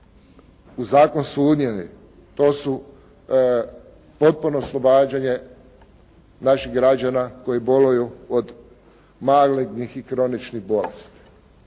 u zakon su unijeli, to su potpuno oslobađanje naših građana koji boluju od malignih i kroničnih bolesti.